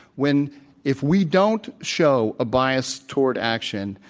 when if we don't show a bias toward action,